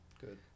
Good